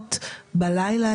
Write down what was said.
החלומות בלילה,